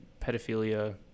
pedophilia